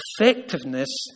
effectiveness